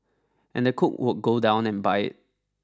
and the cook would go down and buy it